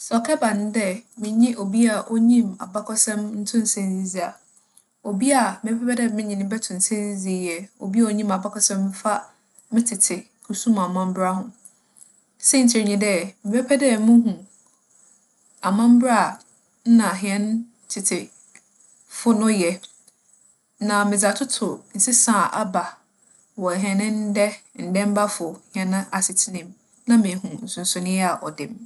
Sɛ ͻkɛba no dɛ menye obi a onyim abakͻsɛm nto nsa ndzidzi a, obi a mebɛpɛ dɛ menye no bͻto nsa edzidzi yɛ obi a onyim abakͻsɛm fa me tsetse kusum amambra ho. Siantsir nye dɛ, mebɛpɛ dɛ muhu amambra a nna hɛn tsetsefo no yɛ na medze atoto nsesa a aba wͻ hɛn ndɛ ndaambafo hɛn asetsena mu. Na mehu nsonsoree a ͻda mu.